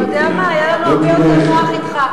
אתה יודע מה, היה לנו הרבה יותר נוח אתך.